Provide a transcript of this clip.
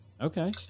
Okay